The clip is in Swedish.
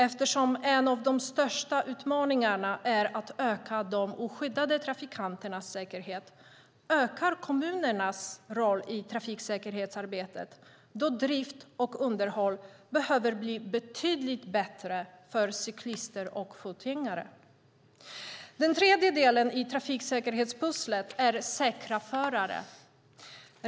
Eftersom en av de största utmaningarna är att öka de oskyddade trafikanternas säkerhet ökar kommunernas roll i trafiksäkerhetsarbetet, då drift och underhåll behöver bli betydligt bättre för cyklister och fotgängare. Den tredje delen i trafiksäkerhetspusslet är säkra förare.